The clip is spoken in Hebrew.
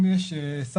היום